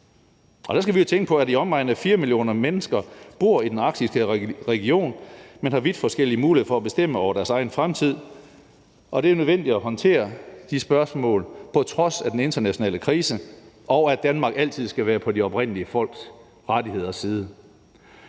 vi jo tænke på, at i omegnen af 4 millioner mennesker bor i den arktiske region, men har vidt forskellige muligheder for at bestemme over deres egen fremtid. Det er nødvendigt at håndtere de spørgsmål på trods af den internationale krise, og Danmark skal altid være på de oprindelige folks rettigheders side.